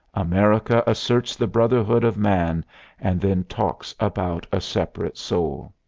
america asserts the brotherhood of man and then talks about a separate soul!